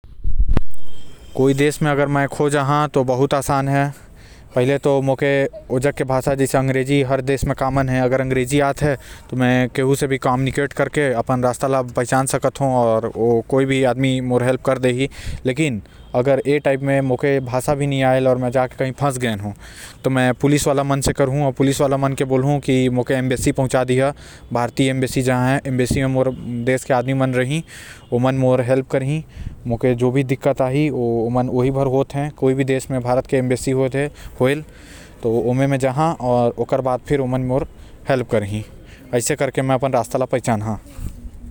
अगर कोई देश म मैं खो जाऊ त सबसे पहिले मोला वहां के भाषा आएल के चाही। आऊ नि त अंग्रेजी बोले के आएल चाही त वहा से कोनो से कॉन्टैक्ट कर के अपन घर म बात कर सकत हु।